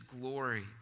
glory